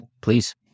please